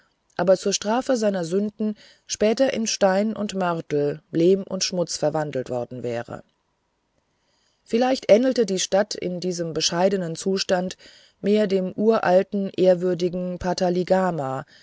aber zur strafe seiner sünden später in stein und mörtel lehm und schmutz verwandelt worden wäre vielleicht ähnelte die stadt in diesem bescheidenen zustand mehr dem uralten ehrwürdigen